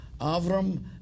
Avram